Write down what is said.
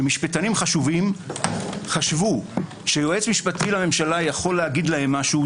שמשפטנים חשובים חשבו שיועץ משפטי לממשלה יכול להגיד להם משהו.